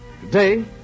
Today